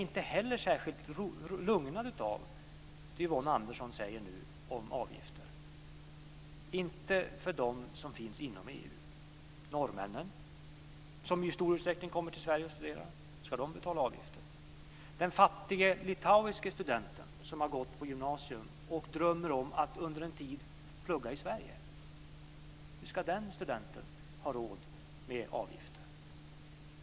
Inte heller är jag särskilt lugnad av det som Yvonne Andersson nu säger om avgifterna - inte för dem som finns inom EU. Men norrmännen kommer ju i stor utsträckning till Sverige för att studera här. Ska de betala avgifter? Och hur blir det med den fattige litauiske studenten som gått på gymnasium och som drömmer om att under en tid plugga i Sverige? Hur ska den studenten ha råd med avgifter?